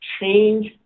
change